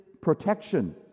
protection